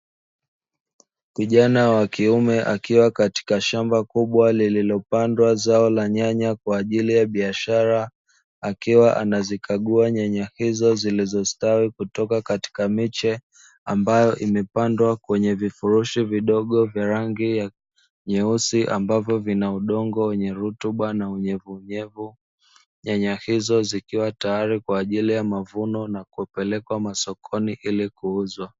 Kijana wa kiume akiwa katika shamba kubwa lililopandwa zao la nyanya kwa ajili ya biashara, akiwa anazikagua nyanya hizo zilizostawi kutoka katika miche ambayo imepandwa kwenye vifurushi vidogo vya rangi nyeusi ambavyo vina udongo wenye rutuba na unyevuunyevu. Nyanya hizo zikiwa tayari kwa ajili ya mavuno na kupelekwa masokoni ili kuuzwa.